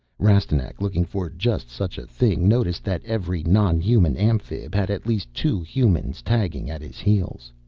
rastignac, looking for just such a thing, noticed that every non-human amphib had at least two humans tagging at his heels.